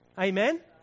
Amen